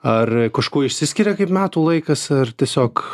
ar kažkuo išsiskiria kaip metų laikas ar tiesiog